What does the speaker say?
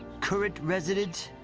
current resident.